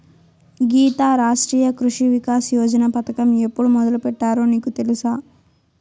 గీతా, రాష్ట్రీయ కృషి వికాస్ యోజన పథకం ఎప్పుడు మొదలుపెట్టారో నీకు తెలుసా